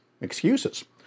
excuses